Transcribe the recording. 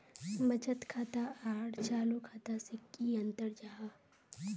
बचत खाता आर चालू खाता से की अंतर जाहा?